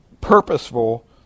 purposeful